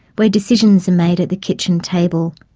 where decisions are made at the kitchen table,